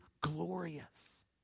glorious